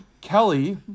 Kelly